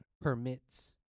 permits